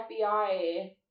FBI